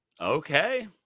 Okay